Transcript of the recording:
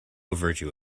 virtue